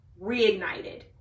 reignited